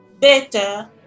better